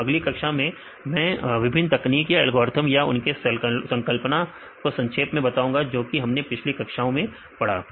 तो अगली कक्षा मैं मैं विभिन्न तकनीक या एल्गोरिथ्म या उनके संकल्पना को संक्षेप में बताऊंगा जो कि हमने पिछली कई कक्षाओं में पढ़ा